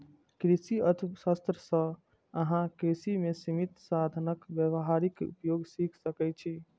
कृषि अर्थशास्त्र सं अहां कृषि मे सीमित साधनक व्यावहारिक उपयोग सीख सकै छी